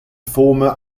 former